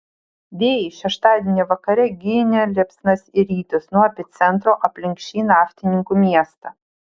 vėjai šeštadienį vakarė ginė liepsnas į rytus nuo epicentro aplink šį naftininkų miestą